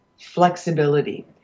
flexibility